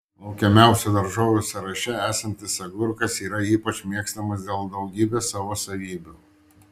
laukiamiausių daržovių sąraše esantis agurkas yra ypač mėgstamas dėl daugybės savo savybių